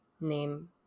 name